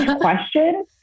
question